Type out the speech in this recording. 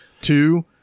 Two